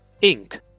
Ink